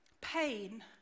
pain